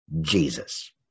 Jesus